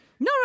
No